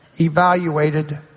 evaluated